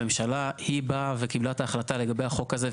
הממשלה היא באה וקיבלה את ההחלטה לגבי החוק הזה.